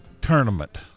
Tournament